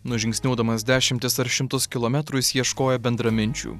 nužingsniuodamas dešimtis ar šimtus kilometrų jis ieškojo bendraminčių